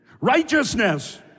righteousness